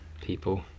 people